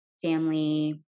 family